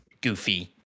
goofy